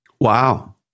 Wow